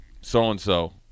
so-and-so